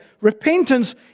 Repentance